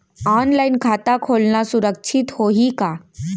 Online खाता खोलना सुरक्षित होही का?